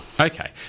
Okay